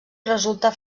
resulta